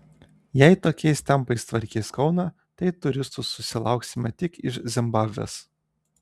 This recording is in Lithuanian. jei tokiais tempais tvarkys kauną tai turistų susilauksime tik iš zimbabvės